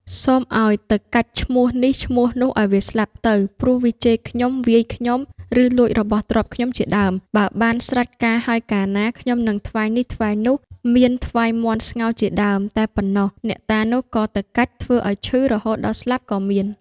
សូមឲ្យទៅកាច់ឈ្មោះនេះ ឈ្មោះនោះឲ្យវាស្លាប់ទៅ ព្រោះវាជេរខ្ញុំ-វាយខ្ញុំ ឬលួចរបស់ទ្រព្យខ្ញុំជាដើម បើបានស្រេចការហើយកាលណា ខ្ញុំនឹងថ្វាយនេះថ្វាយនោះ មានថ្វាយមាន់ស្ងោរជាដើម តែប៉ុណ្ណោះ អ្នកតានោះក៏ទៅកាច់ ធ្វើឲ្យឈឺរហូតដល់ស្លាប់ក៏មាន ។